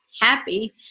happy